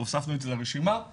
שהוספנו לרשימה חלל צה"ל,